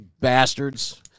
Bastards